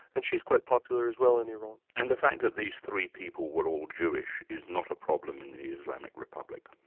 and she's quite popular as well in iran. and the fact that these three people were all jewish is not a problem in the the islamic republic?